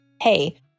hey